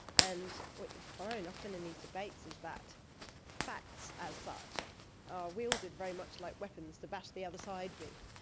and what you'll find often in these debates is that facts as such are wielded very much like weapons to bash the other side with.